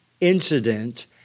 incident